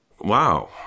Wow